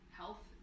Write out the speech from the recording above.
health